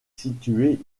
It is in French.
située